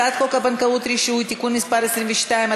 הצעת חוק הבנקאות (רישוי) (תיקון מס' 22),